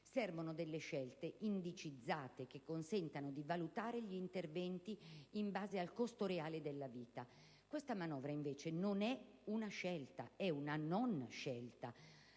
Servono delle scelte indicizzate che consentano di valutare gli interventi in base al reale costo della vita. Questa manovra invece non è una scelta: è una non scelta,